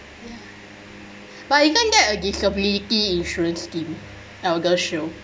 yeah but isn't that a disability insurance scheme ElderShield